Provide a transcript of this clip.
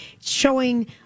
showing